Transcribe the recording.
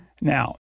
now